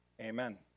Amen